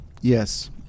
yes